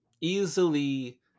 easily